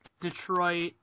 Detroit